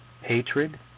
hatred